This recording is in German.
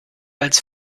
als